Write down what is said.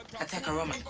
take a rum and